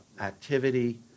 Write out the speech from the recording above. activity